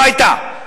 לך הביתה,